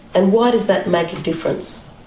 and why does that make a difference?